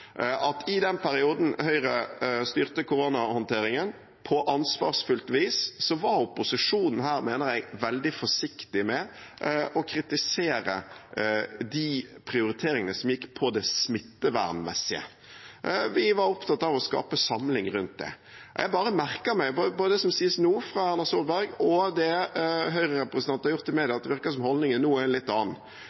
at i den perioden Høyre styrte koronahåndteringen på ansvarsfullt vis, var opposisjonen, mener jeg, veldig forsiktig med å kritisere de prioriteringene som gikk på det smittevernmessige. Vi var opptatt av å skape samling rundt dette. Jeg merker meg det som nå sies fra Erna Solberg og det Høyre-representanter har sagt i media. Det virker som om holdningen nå er en litt annen.